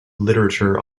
literature